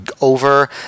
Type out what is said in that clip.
over